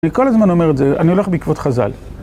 אני כל הזמן אומר את זה, אני הולך בעקבות חז"ל.